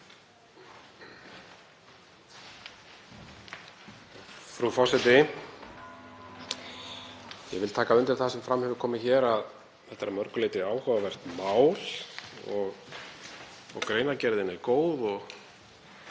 Frú forseti. Ég vil taka undir það sem fram hefur komið að þetta er að mörgu leyti áhugavert mál og greinargerðin góð og